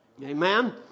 Amen